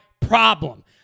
problem